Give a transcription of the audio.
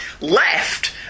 left